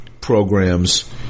programs